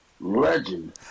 legend